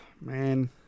man